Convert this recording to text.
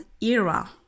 era